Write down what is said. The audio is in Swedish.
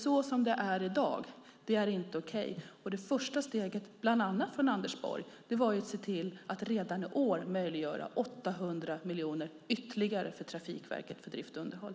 Så som det är i dag är nämligen inte okej, och det första steget, bland annat, från Anders Borg var att se till att redan i år möjliggöra 800 miljoner ytterligare till Trafikverket för drift och underhåll.